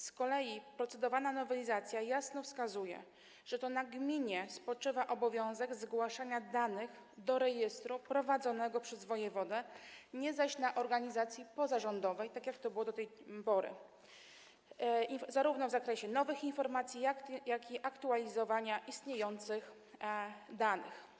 Z kolei procedowana nowelizacja jasno wskazuje, że to na gminie spoczywa obowiązek zgłaszania danych do rejestru prowadzonego przez wojewodę, nie zaś na organizacji pozarządowej, tak jak to było do tej pory - w zakresie zarówno nowych informacji, jak i aktualizowania istniejących danych.